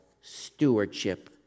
stewardship